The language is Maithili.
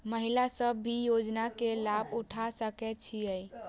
महिला सब भी योजना के लाभ उठा सके छिईय?